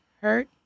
hurt